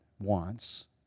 wants